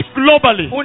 globally